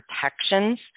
protections